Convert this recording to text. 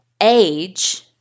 age